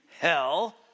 hell